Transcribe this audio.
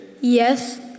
Yes